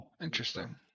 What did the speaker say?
Interesting